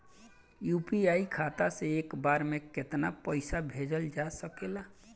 UPI खाता से एक बार म केतना पईसा भेजल जा सकेला?